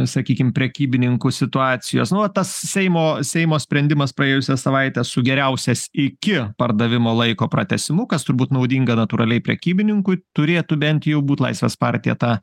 sakykim prekybininkų situacijos nu va tas seimo seimo sprendimas praėjusią savaitę su geriausias iki pardavimo laiko pratęsimu kas turbūt naudinga natūraliai prekybininkui turėtų bent jau būt laisvės partija tą